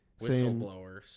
Whistleblowers